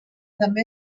també